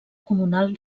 comunal